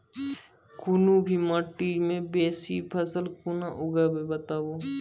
कूनू भी माटि मे बेसी फसल कूना उगैबै, बताबू?